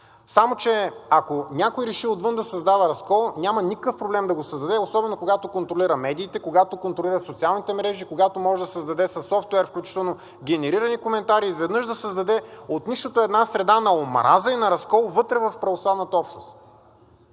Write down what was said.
Само че, ако някой реши отвън да създава разкол, няма никакъв проблем да го създаде, особено когато контролира медиите, когато контролира социалните мрежи, когато може да създаде със софтуер включително генерирани коментари, изведнъж да създаде от нищото една среда на омраза и на разкол вътре в православната общност.